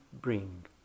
bring